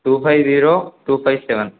two five zero two five seven